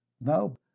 No